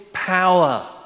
power